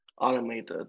automated